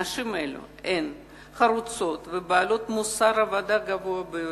נשים אלו הן חרוצות ובעלות מוסר עבודה גבוה ביותר.